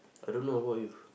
I don't know what about you